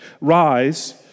Rise